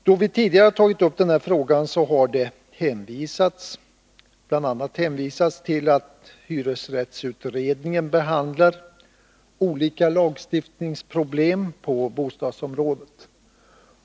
Då vi tidigare har tagit upp denna fråga har det hänvisats till bl.a. att hyresrättsutredningen behandlar olika lagstiftningsproblem på bostadsområdet.